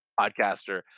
podcaster